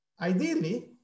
ideally